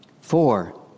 Four